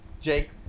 Jake